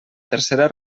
tercera